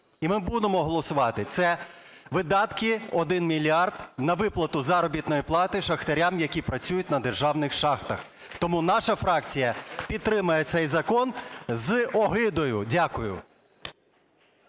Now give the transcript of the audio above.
і ми будемо голосувати. Це видатки, 1 мільярд, на виплату заробітної плати шахтарям, які працюють на державних шахтах. Тому наша фракція підтримає цей закон з огидою. Дякую.